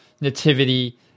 nativity